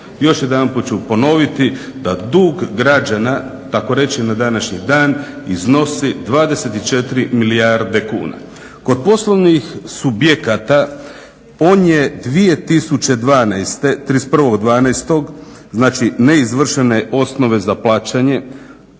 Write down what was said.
Još jedanput ću ponoviti da dug građana, takoreći na današnji dan iznosi 24 milijarde kuna. Kod poslovnih subjekata, on je 2012., 31.12., znači neizvršene osnove za plaćanje,